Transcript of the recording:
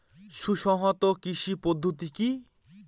সুসংহত কৃষি পদ্ধতি কি?